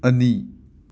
ꯑꯅꯤ